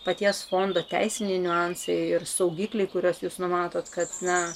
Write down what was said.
paties fondo teisiniai niuansai ir saugikliai kuriuos jūs numatot kad na